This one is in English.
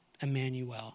Emmanuel